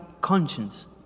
conscience